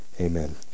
Amen